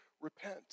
repent